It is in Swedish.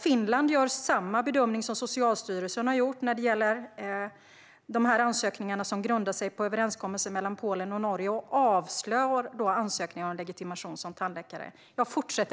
Finland gör samma bedömning som Socialstyrelsen har gjort när det gäller de här ansökningarna som grundar sig på överenskommelsen mellan Polen och Norge, och man avslår därför ansökningar om legitimation som tandläkare.